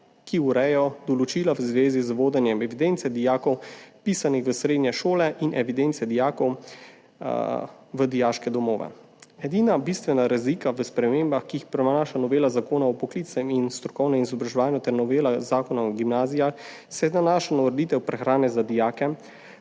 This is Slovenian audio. ki ureja določila v zvezi z vodenjem evidence dijakov, vpisanih v srednje šole, in evidence dijakov v dijaških domovih. Edina bistvena razlika v spremembah, ki jih prinašata novela Zakona o poklicnem in strokovnem izobraževanju ter novela Zakona o gimnazijah, se nanaša na ureditev prehrane za dijake